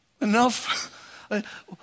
enough